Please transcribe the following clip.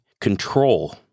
control